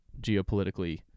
geopolitically